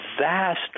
vast